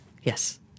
Yes